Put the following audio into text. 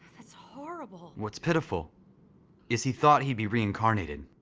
that's horrible. what's pitiful is he thought he'd be reincarnated.